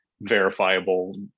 verifiable